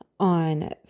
on